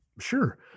Sure